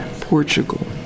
Portugal